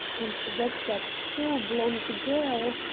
and that that tall blonde girl,